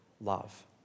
love